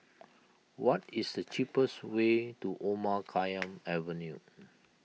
what is the cheapest way to Omar Khayyam Avenue